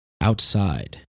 outside